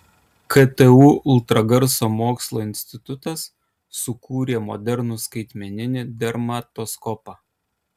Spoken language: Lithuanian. ktu ultragarso mokslo institutas sukūrė modernų skaitmeninį dermatoskopą